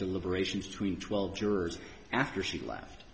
deliberations tween twelve jurors after she left